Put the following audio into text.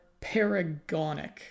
Paragonic